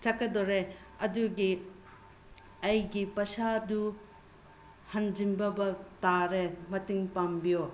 ꯆꯠꯀꯗꯧꯔꯦ ꯑꯗꯨꯒꯤ ꯑꯩꯒꯤ ꯄꯩꯁꯥꯗꯨ ꯍꯟꯖꯟꯗꯕ ꯇꯥꯔꯦ ꯃꯇꯦꯡ ꯄꯥꯡꯕꯤꯌꯣ